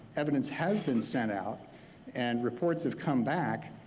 evidence has been sent out and reports have come back.